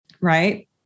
right